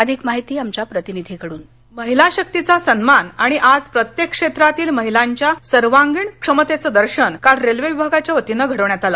अधिक माहिती आमच्या प्रतिनिधींकडून महिला शक्तीचा सन्मान आणि आज प्रत्येक क्षेत्रातील महिलांच्या सर्वांगीण क्षमतेच दर्शन काल रेल्वे विभाच्या वतीने घडवण्यात आलं